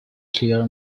clear